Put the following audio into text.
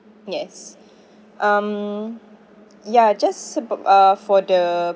yes um ya just superb ah for the